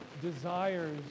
desires